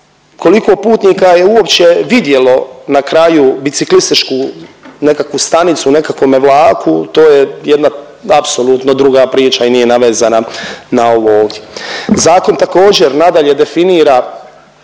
koliko putnika je uopće vidjelo na kraju biciklističku nekakvu stanicu u nekakvome vlaku to je jedna apsolutno druga priča i nije navezana na ovo ovdje. Zakon također nadalje definira